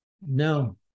no